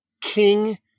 King